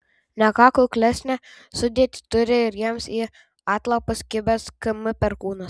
ne ką kuklesnę sudėtį turi ir jiems į atlapus kibęs km perkūnas